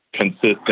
consistent